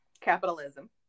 capitalism